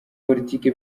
politiki